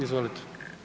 Izvolite.